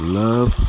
love